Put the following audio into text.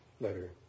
letter